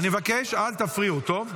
אני מבקש, אל תפריעו, טוב?